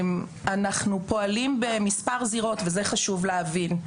אנחנו פועלים במספר זירות, וזה חשוב להבין.